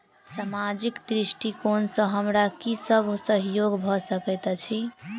सामाजिक दृष्टिकोण सँ हमरा की सब सहयोग भऽ सकैत अछि?